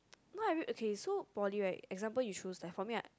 what I mean okay so poly right example you choose there for me right